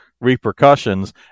repercussions